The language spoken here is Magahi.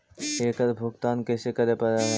एकड़ भुगतान कैसे करे पड़हई?